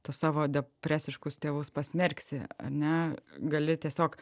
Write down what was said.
tuos savo depresiškus tėvus pasmerksi ane gali tiesiog